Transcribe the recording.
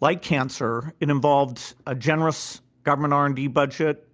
like cancer involved a generous government r and d budget,